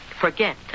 forget